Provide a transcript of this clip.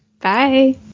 bye